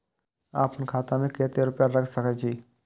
आपन खाता में केते रूपया रख सके छी?